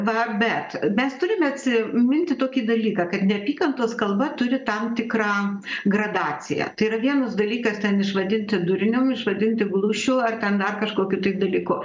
va bet mes turime atsiminti tokį dalyką kad neapykantos kalba turi tam tikrą gradaciją tai yra vienas dalykas ten išvadinti durnium išvadinti glušiu ar ten dar kažkokiu dalyku